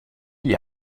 gli